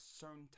certain